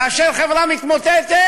וכאשר חברה מתמוטטת,